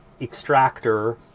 extractor